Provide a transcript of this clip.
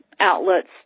outlets